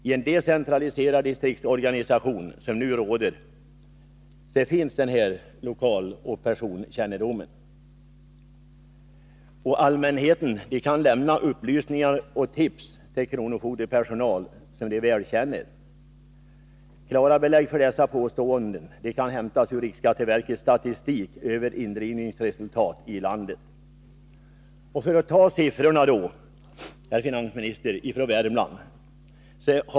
I den decentraliserade distriktsorganisation som nu råder finns denna lokaloch personkännedom. Allmänheten kan också lämna upplysningar och tips till den kronofogdepersonal som de väl känner. Klara belägg för dessa påståenden kan hämtas ur riksskatteverkets statistik över indrivningsresultat i landet. Jag kan exemplifiera med siffror från mitt eget län, Värmland.